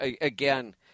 again